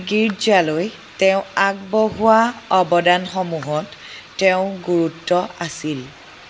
গীৰ্জালৈ তেওঁ আগবঢ়োৱা অৱদানসমূহত তেওঁৰ গুৰুত্ব আছিল